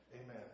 Amen